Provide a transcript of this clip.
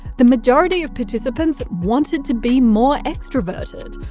the majority of participants wanted to be more extraverted,